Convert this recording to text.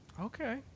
Okay